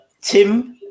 Tim